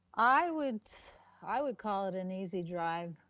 i would i would call it an easy drive.